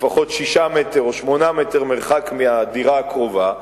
לפחות 6 מטרים או 8 מטרים מרחק מהדירה הקרובה,